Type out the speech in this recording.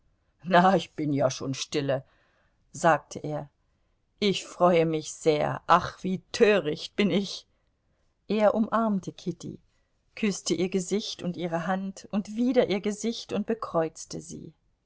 na ich bin ja schon stille sagte er ich freue mich sehr sehr ach wie töricht bin ich er umarmte kitty küßte ihr gesicht und ihre hand und wieder ihr gesicht und bekreuzte sie